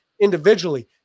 individually